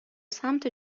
سمت